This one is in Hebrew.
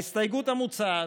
ההסתייגות המוצעת,